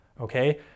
okay